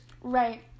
right